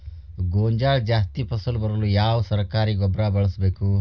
ಗೋಂಜಾಳ ಜಾಸ್ತಿ ಫಸಲು ಬರಲು ಯಾವ ಸರಕಾರಿ ಗೊಬ್ಬರ ಬಳಸಬೇಕು?